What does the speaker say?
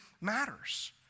matters